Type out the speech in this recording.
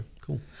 Cool